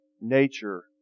nature